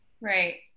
Right